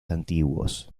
antiguos